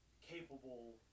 capable